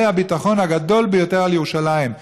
זה הביטחון הגדול ביותר על ירושלים.